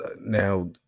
now